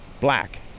black